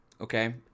Okay